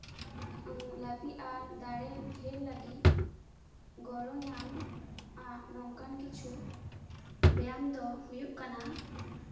ᱞᱟᱹᱵᱤᱫ ᱟᱨ ᱫᱟᱲᱮ ᱰᱷᱮᱨ ᱞᱟᱹᱜᱤᱫ ᱜᱚᱲᱚ ᱧᱟᱢᱟᱜ ᱱᱚᱝᱠᱟᱱ ᱠᱤᱪᱷᱩ ᱵᱮᱭᱟᱢ ᱫᱚ ᱦᱳᱭᱳᱜ ᱠᱟᱱᱟ